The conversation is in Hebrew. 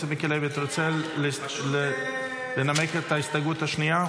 מיקי לוי, אתה רוצה לנמק את ההסתייגות השנייה?